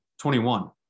21